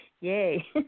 Yay